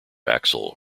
axle